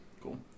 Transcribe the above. Cool